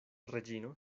reĝino